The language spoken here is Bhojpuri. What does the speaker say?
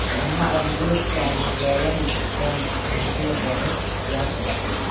खानाबदोश कामगारन कअ संख्या बढ़त जात बाटे